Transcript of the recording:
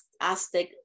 Aztec